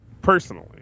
personally